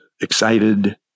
excited